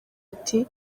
ati